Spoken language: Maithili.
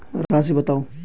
राशि बताउ